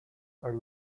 are